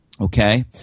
okay